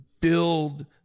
build